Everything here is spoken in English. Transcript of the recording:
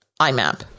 IMAP